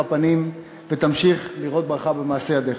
פנים ותמשיך לראות ברכה במעשי ידיך.